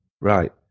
Right